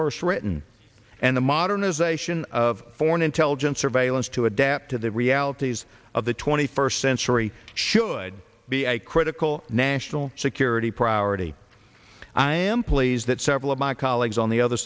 first written and the modernization of foreign intelligence surveillance to adapt to the realities of the twenty first century should be a critical national security priority i am pleased that several of my colleagues on the other